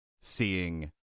seeing